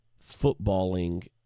footballing